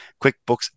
QuickBooks